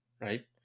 Right